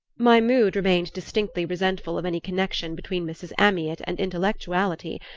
my mood remained distinctly resentful of any connection between mrs. amyot and intellectuality,